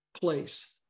place